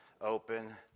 open